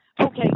okay